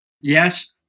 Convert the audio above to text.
Yes